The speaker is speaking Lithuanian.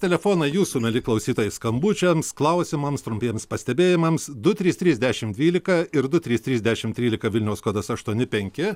telefoną jūsų mieli klausytojai skambučiams klausimams trumpiems pastebėjimams du trys trys dešimt dvylika ir du trys trys dešimt trylika vilniaus kodas aštuoni penki